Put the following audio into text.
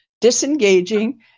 disengaging